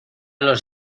los